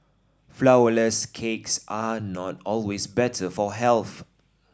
flourless cakes are not always better for health